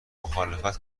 مخالفت